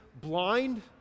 blind